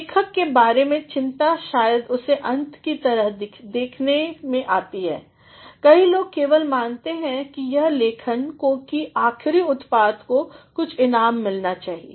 लेखन के बारे में चिंता शायद उसे अंत की तरह देखने से आती है कई लोग केवल मानते हैं कि इस लेखन की आखिरीउत्पाद को कुछ इनाम मिलना चाहिए